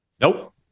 Nope